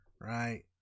Right